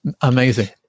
Amazing